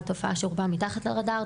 על תופעה שרובה מתחת לרדאר.